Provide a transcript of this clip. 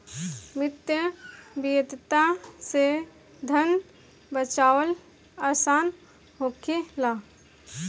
मितव्ययिता से धन बाचावल आसान होखेला